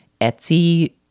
Etsy